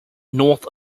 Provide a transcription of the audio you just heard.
north